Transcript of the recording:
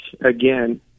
again